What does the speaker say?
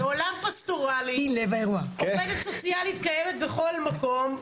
בעולם פסטורלי עובדת סוציאלית קיימת בכל מקום,